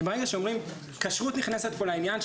כי ברגע שאומרים כשרות נכנסת פה לעניין,